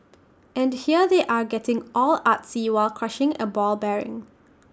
and here they are getting all artsy while crushing A ball bearing